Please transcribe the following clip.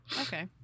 Okay